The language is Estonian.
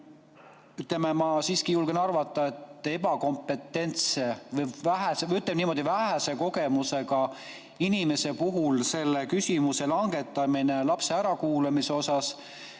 ma siiski julgen arvata, et ebakompetentse või, ütleme niimoodi, vähese kogemusega inimese puhul selle otsuse langetamine lapse ärakuulamise osas